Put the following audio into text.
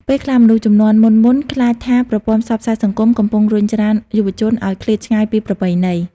ពេលខ្លះមនុស្សជំនាន់មុនៗ ខ្លាចថាប្រព័ន្ធផ្សព្វផ្សាយសង្គមកំពុងរុញច្រានយុវជនឱ្យឃ្លាតឆ្ងាយពីប្រពៃណី។